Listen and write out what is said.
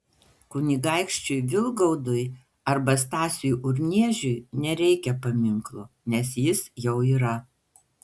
kunigaikščiui vilgaudui arba stasiui urniežiui nereikia paminklo nes jis jau yra